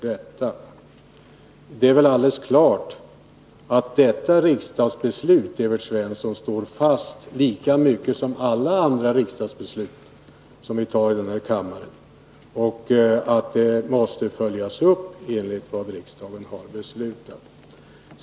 Det är väl alldeles klart, Evert Svensson, att detta riksdagsbeslut står fast, lika mycket som alla andra riksdagsbeslut som vi fattar i den här kammaren, och att det måste följas upp i enlighet med vad riksdagen har uttalat.